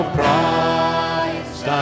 Christ